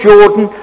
Jordan